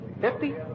Fifty